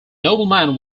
nobleman